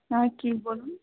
না কি বলুন